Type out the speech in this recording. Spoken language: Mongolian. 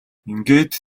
ингээд